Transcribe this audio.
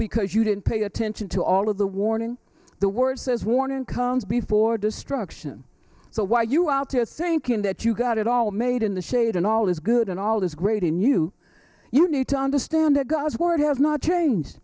because you didn't pay attention to all of the warning the word says warning comes before destruction so why you out here thinking that you got it all made in the shade and all is good and all is great in you you need to understand that god's word has not changed